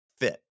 fit